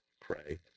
pray